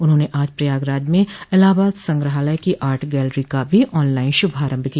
उन्होंने आज प्रयागराज में इलाहाबाद संग्रहालय की आर्ट गैलरी का भी ऑन लाइन शुभारम्भ किया